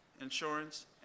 insurance